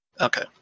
Okay